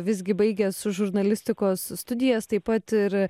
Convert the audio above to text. visgi baigęs žurnalistikos studijas taip pat ir